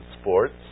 sports